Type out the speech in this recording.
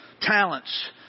talents